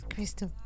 Crystal